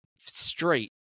straight